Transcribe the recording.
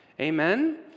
Amen